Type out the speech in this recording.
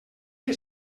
que